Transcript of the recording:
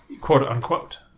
Quote-unquote